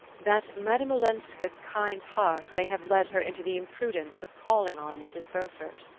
that madame olenska's kind heart may have led her into the imprudence of calling on mrs. beaufort.